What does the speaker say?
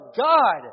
God